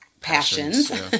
passions